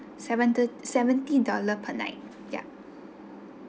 seventy seventy dollar per night ya